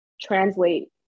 translate